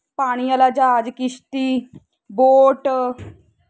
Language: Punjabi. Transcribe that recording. ਪਾਣੀ ਵਾਲਾ ਜਹਾਜ ਕਿਸ਼ਤੀ ਬੋਟ